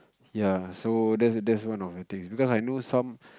ya so that's that's one of the things because I know some